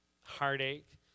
heartache